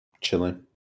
chilling